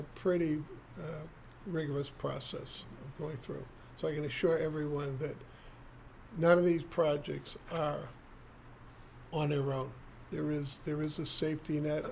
a pretty rigorous process going through so i can assure everyone that none of these projects on the road there is there is a safety net